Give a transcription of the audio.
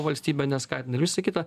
valstybe neskatina ir visa kita